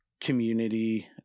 community